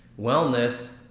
wellness